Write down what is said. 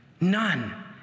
none